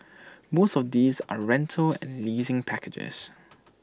most of these are rental and leasing packages